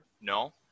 No